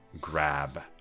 grab